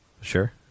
Sure